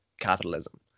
capitalism